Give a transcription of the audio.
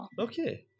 Okay